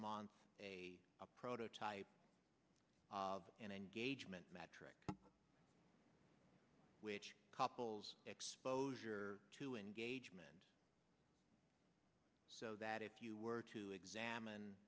month a prototype of an engagement metric which couples exposure to engagement so that if you were to examine